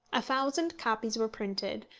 a thousand copies were printed,